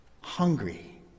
hungry